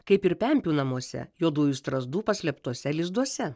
kaip ir pempių namuose juodųjų strazdų paslėptuose lizduose